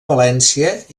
valència